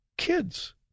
kids